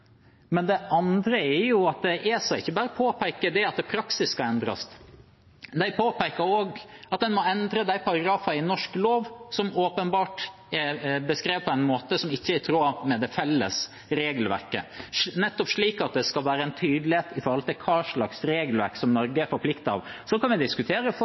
Men det andre er at ESA ikke bare påpeker at praksis skal endres, de påpeker også at en må endre de paragrafene i norsk lov som åpenbart er skrevet på en måte som ikke er i tråd med det felles regelverket – for at det skal være tydelig hva slags regelverk som Norge er forpliktet av. Så kan en diskutere